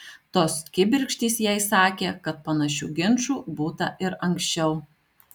tos kibirkštys jai sakė kad panašių ginčų būta ir anksčiau